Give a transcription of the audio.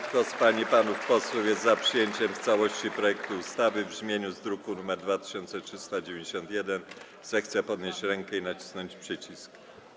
Kto z pań i panów posłów jest za przyjęciem w całości projektu ustawy w brzmieniu z druku nr 2391, zechce podnieść rękę i nacisnąć przycisk.